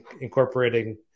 incorporating